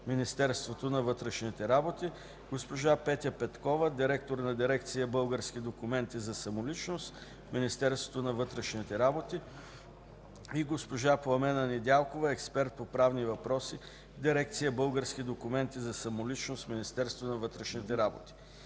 Министерството на вътрешните работи, госпожа Петя Петкова – директор на дирекция „Български документи за самоличност” в Министерството на вътрешните работи и госпожа Пламена Недялкова – експерт по правни въпроси в дирекция „Български документи за самоличност” в Министерството на вътрешните работи.